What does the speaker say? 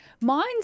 Mine's